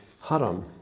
haram